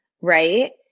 Right